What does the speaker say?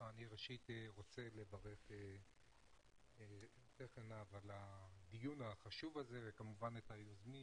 אני ראשית רוצה לברך אותך עינב על הדיון החשוב הזה וכמובן את היוזמים,